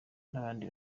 n’abandi